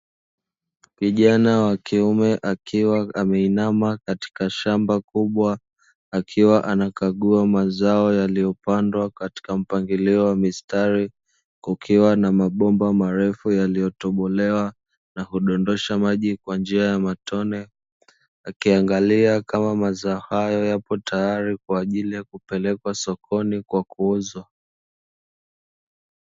Kijana wa kiume akiwa ameinama katika shamba kubwa, akiwa anakagua mazao yaliyopandwa katika mpangilio wa mistari, kukiwa na mabomba malefu yaliyotobolewa na hudondosha maji kwa njia ya matone, akiangalia kama mazao hayo yapo tayali kwaajili ya kupelekwa sokoni kwakuuzwa.